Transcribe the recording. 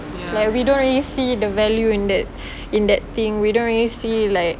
like we don't really see the value in that in that thing we don't really see like